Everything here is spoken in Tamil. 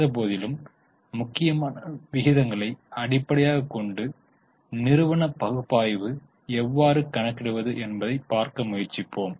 இருந்த போதிலும் முக்கியமான விகிதங்களை அடிப்படையாக கொண்டு நிறுவன பகுப்பாய்வு எவ்வாறு கணக்கிடுவது என்பதை பார்க்க முயற்சிப்போம்